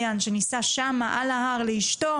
ואני ממליצה את הדבר הזה להכניס תמונה לכל בית ספר,